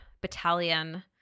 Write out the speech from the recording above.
Battalion